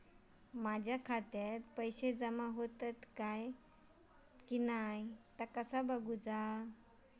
माझ्या खात्यात पैसो जमा होतत काय ता कसा बगायचा?